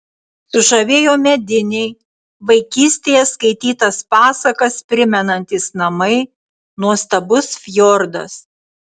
sužavėjo mediniai vaikystėje skaitytas pasakas primenantys namai nuostabus fjordas